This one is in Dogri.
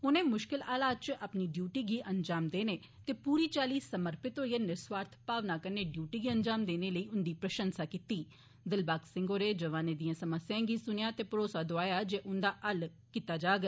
उनें मुश्कल हालात इच अपनी डियुटी गी अंजाम देने ते पूरी चाल्ली समार्पित होई निर्स्वाथ भावना कन्नै डियुटी गी अंजाम देने लेई उन्दी प्रशंसा बी कीती दिलबाग सिंह होरें जौआने दिएं समस्याएं गी सुनेया ते भरोसा दौआया जे उन्दा हल कीता जाग